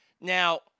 Now